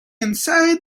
inside